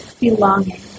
belonging